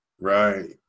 Right